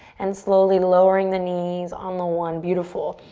and slowly lowering the knees on the one. beautiful.